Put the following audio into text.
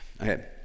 okay